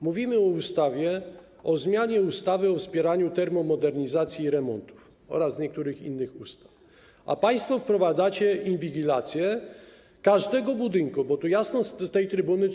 Mówimy o ustawie o zmianie ustawy o wspieraniu termomodernizacji i remontów oraz niektórych innych ustaw, a państwo wprowadzacie inwigilację każdego budynku - to musi jasno wybrzmieć z tej trybuny.